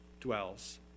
dwells